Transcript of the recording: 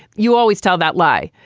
you always tell that lie.